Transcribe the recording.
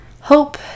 Hope